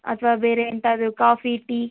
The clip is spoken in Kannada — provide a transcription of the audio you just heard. ಅಥವಾ ಬೇರೆ ಎಂತಾದರೂ ಕಾಫಿ ಟೀ